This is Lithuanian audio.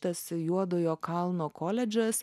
tas juodojo kalno koledžas